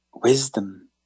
Wisdom